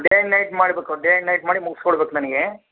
day and night ಮಾಡಬೇಕು day and night ಮಾಡಿ ಮುಗ್ಸಿ ಕೊಡ್ಬೇಕು ನನಗೆ